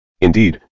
Indeed